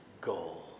Goal